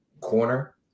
corner